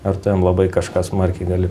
ar tu jam labai kažką smarkiai gali